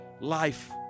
life